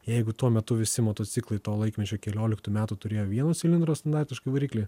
jeigu tuo metu visi motociklai to laikmečio kelioliktų metų turėjo vieno cilindro standartiškai variklį